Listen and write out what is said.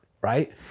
right